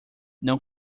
não